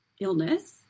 illness